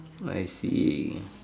I see